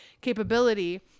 capability